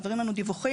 ומעבירים לנו דיווחים.